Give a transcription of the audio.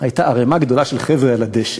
והייתה ערמה גדולה של חבר'ה על הדשא,